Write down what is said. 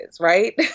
right